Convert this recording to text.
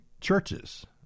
churches